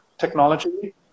technology